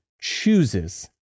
chooses